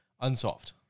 unsolved